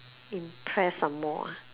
impressed some more ah